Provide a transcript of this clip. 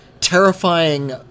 terrifying